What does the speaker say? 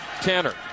Tanner